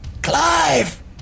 Clive